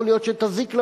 יכול להיות שתזיק לממשלה,